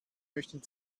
möchten